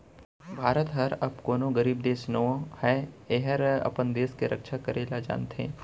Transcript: भारत हर अब कोनों गरीब देस नो हय एहर अपन देस के रक्छा करे ल जानथे